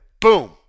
boom